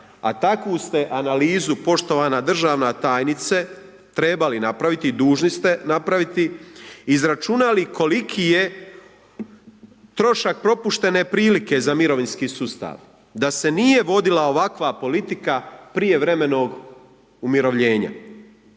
a takvu ste analizu poštovana državna tajnice trebali napraviti, dužni ste napraviti, izračunali koliki je trošak propuštene prilike za mirovinski sustav da se nije vodila ovakva politika prijevremenog umirovljenja.